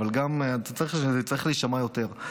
אבל זה גם צריך להישמע יותר.